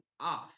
off